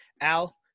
Al